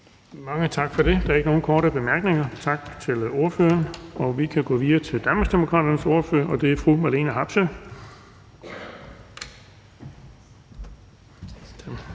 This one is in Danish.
Mange tak for det. Der er ikke nogen korte bemærkninger. Tak til ordføreren. Vi går videre til Moderaternes ordfører, og det er fru Monika Rubin.